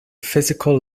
physical